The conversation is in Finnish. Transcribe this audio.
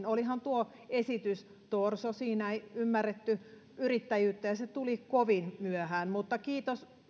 olihan tuo esitys torso siinä ei ymmärretty yrittäjyyttä ja se tuli kovin myöhään mutta kiitos